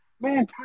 Man